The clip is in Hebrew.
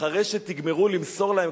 אחרי שתגמרו למסור להם,